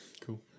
Cool